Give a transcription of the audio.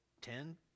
ten